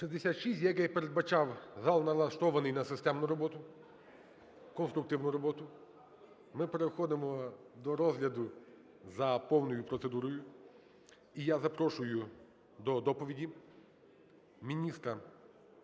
Як я і передбачав, зал налаштований на системну роботу, конструктивну роботу. Ми переходимо до розгляду за повною процедурою. І я запрошую до доповіді міністра